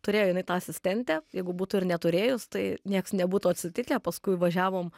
turėjo jinai tą asistentę jeigu būtų ir neturėjus tai nieks nebūtų atsitikę paskui važiavom